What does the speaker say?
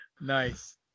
Nice